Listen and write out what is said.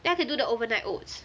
then I could do the overnight oats